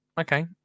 Okay